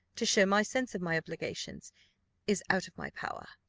to show my sense of my obligations is out of my power.